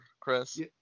Chris